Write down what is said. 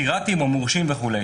פיראטיים או מורשים וכולי.